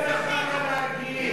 אין לך מה להגיד.